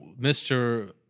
Mr